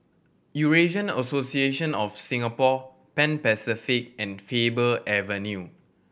Eurasian Association of Singapore Pan Pacific and Faber Avenue